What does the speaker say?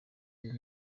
uyu